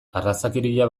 arrazakeria